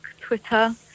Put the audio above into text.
Twitter